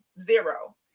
zero